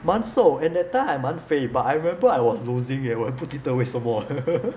蛮瘦 and that time I 蛮肥 but I remember I was losing eh 我不记得为什么